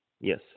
yes